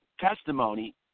testimony